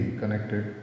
connected